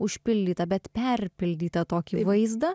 užpildytą bet perpildytą tokį vaizdą